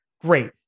Great